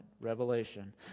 Revelation